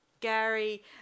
Gary